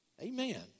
Amen